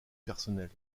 personnel